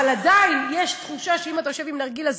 אבל עדיין יש תחושה שאם אתה יושב עם נרגילה,